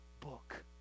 book